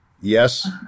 Yes